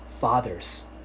fathers